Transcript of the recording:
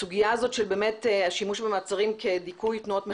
הסוגיה הזאת של השימוש במעצרים כדיכוי תנועות מחאה,